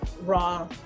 raw